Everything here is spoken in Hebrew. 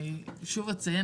אני שוב אציין,